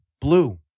blue